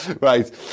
Right